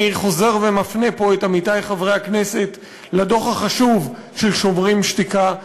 אני חוזר ומפנה פה את עמיתי חברי הכנסת לדוח החשוב של "שוברים שתיקה".